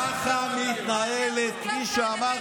ככה מתנהלת, כפי שאמרתי, אנרכיה.